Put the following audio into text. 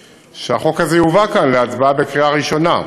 שהחוק הזה יובא כאן להצבעה בקריאה ראשונה.